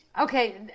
Okay